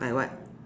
like what